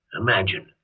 Imagine